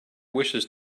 wishes